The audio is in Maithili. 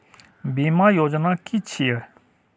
बीमा योजना कि छिऐ?